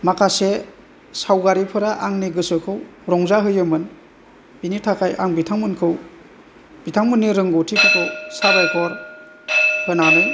माखासे सावगारिफोरा आंनि गोसोखौ रंजाहोयोमोन बिनि थाखाय आं बिथांमोनखौ बिथांमोननि रोंगौथिफोरखौ साबायखर होनानै